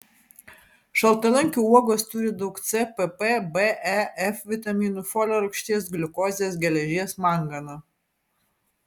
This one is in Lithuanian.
šaltalankių uogos turi daug c pp b e f vitaminų folio rūgšties gliukozės geležies mangano